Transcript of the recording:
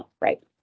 right